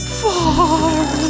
far